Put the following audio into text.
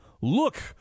Look